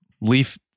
Leaf